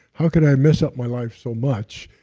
how could i mess up my life so much,